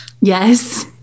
Yes